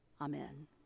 Amen